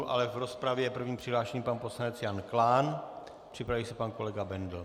Ale v rozpravě je první přihlášený pan poslanec Jan Klán, připraví se pan kolega Bendl.